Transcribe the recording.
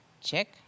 Check